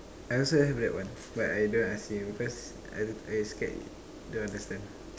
I also have that one but I don't ask you because I I scared you don't understand